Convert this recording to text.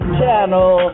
channel